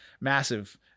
Massive